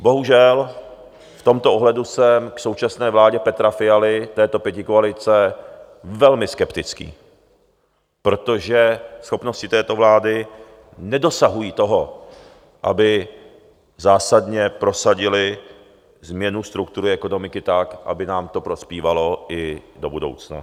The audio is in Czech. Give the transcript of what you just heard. Bohužel, v tomto ohledu jsem k současné vládě Petra Fialy, této pětikoalice, velmi skeptický, protože schopnosti této vlády nedosahují toho, aby zásadně prosadily změnu struktury ekonomiky tak, aby nám to prospívalo i do budoucna.